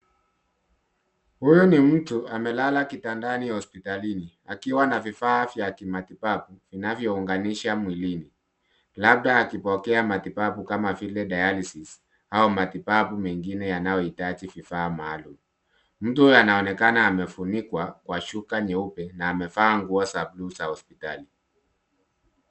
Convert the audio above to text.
Huyu ni mtu amelala kitandani hospitalini akiwa na vifaa vya kimatibabu vinavyounganishwa mwilini, labda akipokea matibabu kama vile dialisis au matibabu mengine yanayohitaji vifaa maalum. Mtu huyu anaonekana amefunikwa kwa shuka nyeupe na amevaa nguo za bluu za hospitali.